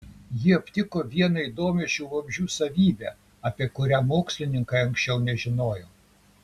ji aptiko vieną įdomią šių vabzdžių savybę apie kurią mokslininkai anksčiau nežinojo